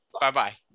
Bye-bye